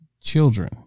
children